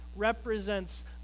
represents